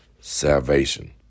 salvation